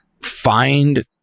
Find